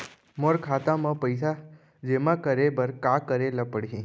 मोर खाता म पइसा जेमा करे बर का करे ल पड़ही?